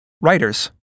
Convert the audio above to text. writers